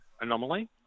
anomaly